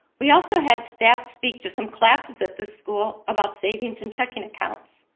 we also had staff speak to some classes at this school about savings and checking accounts.